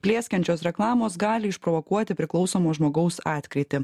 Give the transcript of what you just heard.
plieskiančios reklamos gali išprovokuoti priklausomo žmogaus atkrytį